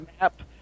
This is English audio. map